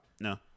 No